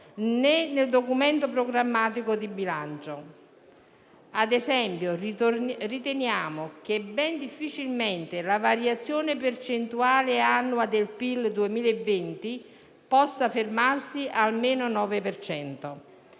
né nel documento programmatico di bilancio. Ad esempio, riteniamo che ben difficilmente la variazione percentuale annua del PIL 2020 possa fermarsi a meno 9